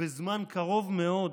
בזמן קרוב מאוד,